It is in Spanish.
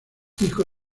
hijo